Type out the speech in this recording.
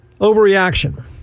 Overreaction